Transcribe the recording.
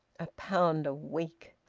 a pound a week!